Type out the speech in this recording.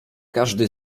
każdy